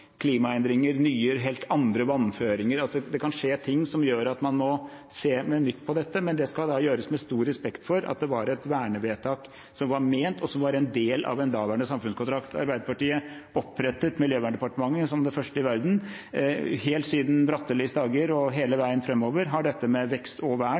man må se på dette på nytt, men det skal da gjøres med stor respekt for at det var et vernevedtak som var en del av en daværende samfunnskontrakt. Arbeiderpartiet opprettet det første miljøverndepartementet i verden, og helt siden Trygve Brattelis dager og hele veien framover har dette med vekst og vern